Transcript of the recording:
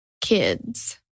kids